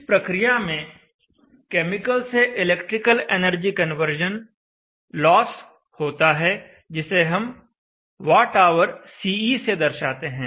इस प्रक्रिया में केमिकल से इलेक्ट्रिकल एनर्जी कन्वर्जन लॉस होता है जिसे हम Whce से दर्शाते हैं